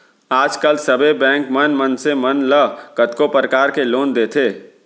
आज काल सबे बेंक मन मनसे मन ल कतको परकार के लोन देथे